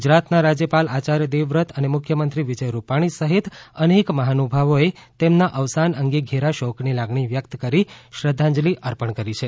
ગુજરાતના રાજયપાલ આચાર્ય દેવવ્રત અને મુખ્યમંત્રી વિજય રૂપાણી સહિત અનેક મહાનુભાવોએ તેમના અવસાન અંગે ઘેરા શોકની લાગણી વ્યકત કરી શ્રધ્ધાંજલી અર્પણ કરી છે